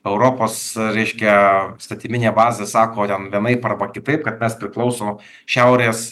europos reiškia įstatyminė bazė sako ten vienaip arba kitaip kad mes priklauso šiaurės